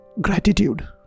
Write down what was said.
gratitude